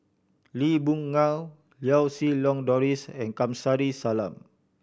Lee Boon Ngan Lau Siew Lang Doris and Kamsari Salam